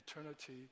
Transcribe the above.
eternity